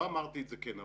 לא אמרתי את זה כנביא,